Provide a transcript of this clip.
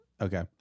Okay